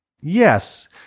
yes